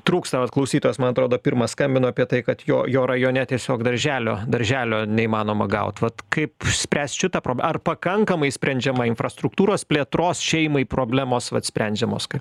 trūksta vat klausytojas man atrodo pirmas skambino apie tai kad jo jo rajone tiesiog darželio darželio neįmanoma gaut vat kaip spręst šitą probl ar pakankamai sprendžiama infrastruktūros plėtros šeimai problemos vat sprendžiamos kaip